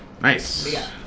Nice